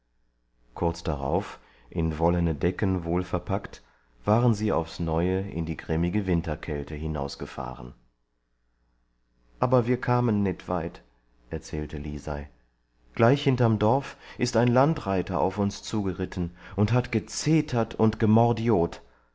kurz darauf in wollene decken wohlverpackt waren sie aufs neue in die grimmige winterkälte hinausgefahren aber wir kamen nit weit erzählte lisei gleich hinterm dorf ist ein landreiter auf uns zugeritten und hat gezetert und gemordiot